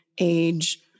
age